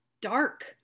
dark